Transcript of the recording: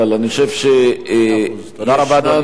אני חושב, תודה רבה, אדוני.